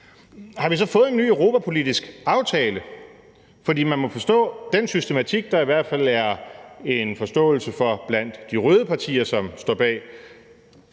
Har vi så fået en ny europapolitisk aftale? For man må forstå, at den systematik, der i hvert fald er en forståelse for blandt de røde partier, som står bag